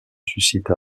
suscita